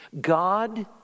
God